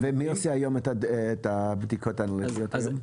ומי עושה היום את הבדיקות האנליטיות האלו?